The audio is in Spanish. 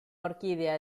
orquídea